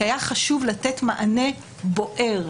כי היה חשוב לתת מענה בוער.